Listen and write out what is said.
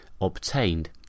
obtained